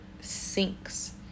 sinks